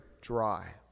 dry